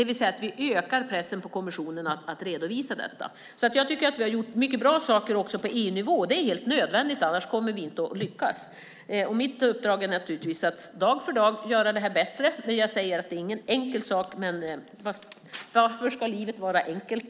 Vi ökar alltså pressen på kommissionen att redovisa. Jag tycker att vi har gjort mycket bra saker också på EU-nivå. Det är helt nödvändigt, annars kommer vi inte att lyckas. Mitt uppdrag är naturligtvis att dag för dag göra detta bättre. Det är ingen enkel sak, men varför ska livet vara enkelt?